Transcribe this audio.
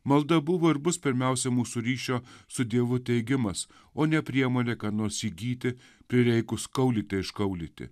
malda buvo ir bus pirmiausia mūsų ryšio su dievu teigimas o ne priemonė ką nors įgyti prireikus kaulyte iškaulyti